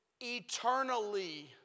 eternally